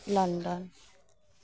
London